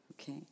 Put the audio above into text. Okay